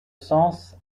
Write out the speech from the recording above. sens